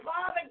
Father